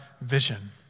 vision